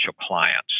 clients